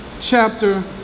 chapter